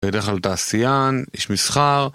בדרך כלל תעשיין, איש מסחר